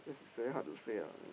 this is very hard to say ah